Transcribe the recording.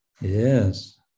Yes